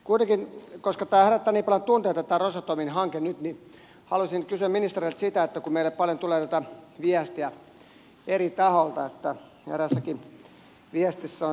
kuitenkin koska tämä rosatomin hanke herättää niin paljon tunteita nyt haluaisin kysyä ministereiltä siitä kun meille paljon tulee tätä viestiä eri tahoilta ja eräässäkin viestissä sanotaan näin